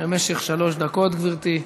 במשך שלוש דקות, גברתי.